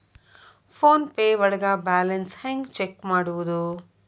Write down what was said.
Phone pay ಒಳಗ balance ಹೆಂಗ್ check ಮಾಡುವುದು?